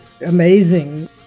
amazing